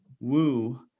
woo